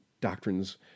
doctrines